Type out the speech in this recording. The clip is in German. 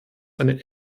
eine